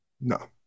No